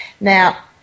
Now